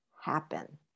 happen